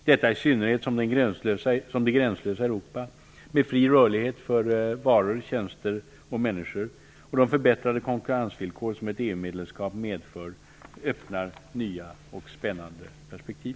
Detta gäller i synnerhet som det gränslösa Europa med fri rörlighet för varor, tjänster och människor -- och de förbättrade konkurrensvillkor som ett EU-medlemskap medför -- öppnar nya och spännande perspektiv.